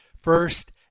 first